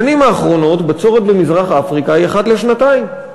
בשנים האחרונות בצורת במזרח-אפריקה היא אחת לשנתיים.